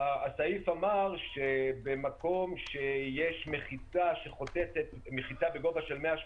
הסעיף אמר שבמקום שיש מחיצה בגובה של 180